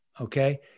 okay